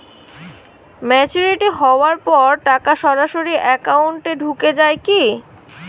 Maturity হওয়ার পর টাকা সরাসরি একাউন্ট এ ঢুকে য়ায় কি?